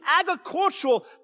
agricultural